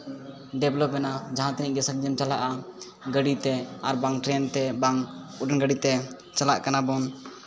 ᱰᱮᱯᱞᱚᱯᱮᱱᱟ ᱡᱟᱦᱟᱸᱛᱤᱱᱟᱹᱜ ᱜᱮ ᱥᱟᱺᱜᱤᱧᱮᱢ ᱪᱟᱞᱟᱜᱼᱟ ᱜᱟᱹᱰᱤ ᱛᱮ ᱟᱨᱵᱟᱝ ᱴᱨᱮᱹᱱ ᱛᱮ ᱟᱨᱵᱟᱝ ᱩᱰᱟᱹᱱ ᱜᱟᱹᱰᱤ ᱛᱮ ᱪᱟᱞᱟᱜ ᱠᱟᱱᱟ ᱵᱚᱱ